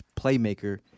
playmaker